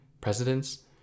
presidents